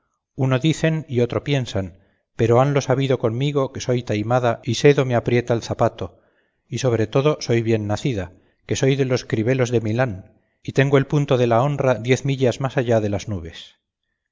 uno dicen y otro piensan pero hanlo habido conmigo que soy taimada y sé dó me aprieta el zapato y sobre todo soy bien nacida que soy de los cribelos de milán y tengo el punto de la honra diez millas más allá de las nubes